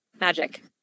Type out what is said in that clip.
magic